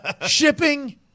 shipping